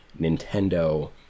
Nintendo